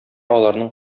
аларның